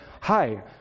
hi